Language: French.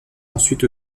ensuite